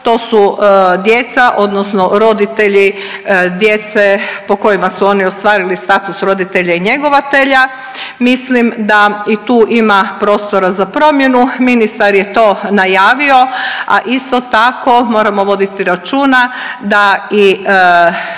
To su djeca odnosno roditelji djece po kojima su oni ostvarili status roditelja i njegovatelja. Mislim da i tu ima prostora za promjenu. Ministar je to najavio, a isto tako moramo voditi računa da i